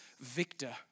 Victor